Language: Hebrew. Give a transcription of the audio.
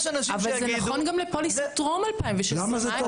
אבל זה נכון גם לפוליסת טרום 2016. למה זה